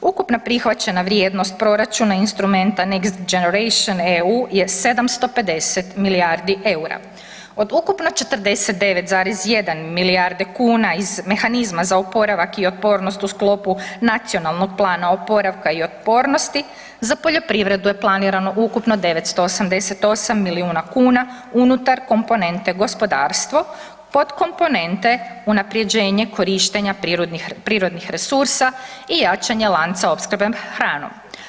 Ukupna prihvaćena vrijednost proračuna instrumenta Next generation EU je 750 milijardi eura, od ukupna 49,1 milijarde kuna iz mehanizma za oporavak i otpornost u sklopu Nacionalnog plana oporavka i otpornosti za poljoprivredu je planirano ukupno 988 milijuna kuna unutar komponente Gospodarstvo, podkomponente Unaprjeđenje korištenja prirodnih resursa i jačanje lanca opskrbe hranom.